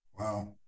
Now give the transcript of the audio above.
Wow